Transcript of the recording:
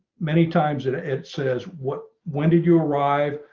many times, it ah it says what, when did you arrive,